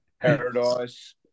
Paradise